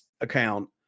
account